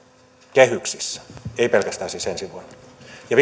kehyksissä ei siis pelkästään ensi vuonna ja